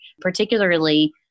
Particularly